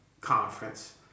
conference